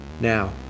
Now